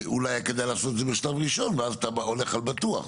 אולי כדאי לעשות את זה בשלב ראשון ואז אתה הולך על בטוח,